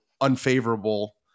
unfavorable